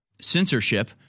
censorship